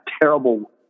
terrible